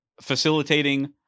facilitating